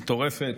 מטורפת,